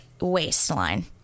waistline